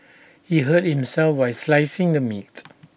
he hurt himself while slicing the meat